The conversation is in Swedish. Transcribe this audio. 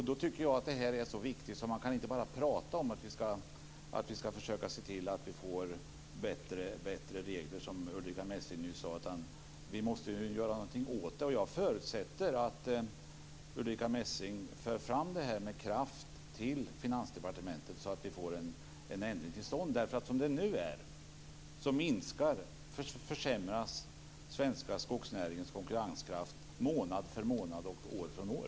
Den är så viktig att vi inte bara kan prata om att man ska se till att det blir bättre regler, utan man måste ju göra någonting åt det. Jag förutsätter att Ulrica Messing för fram detta med kraft till Finansdepartementet så att vi får en ändring till stånd. Som det nu är minskar försämras den svenska skogsnäringens konkurrenskraft månad efter månad och år efter år.